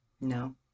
No